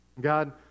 God